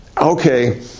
Okay